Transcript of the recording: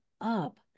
up